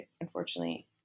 unfortunately